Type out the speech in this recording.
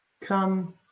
come